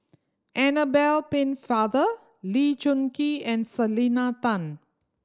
Annabel Pennefather Lee Choon Kee and Selena Tan